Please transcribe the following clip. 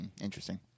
Interesting